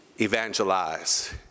evangelize